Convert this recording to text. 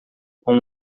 com